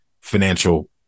financial